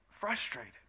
frustrated